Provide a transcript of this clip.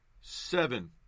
Seven